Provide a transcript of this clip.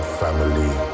family